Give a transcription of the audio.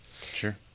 Sure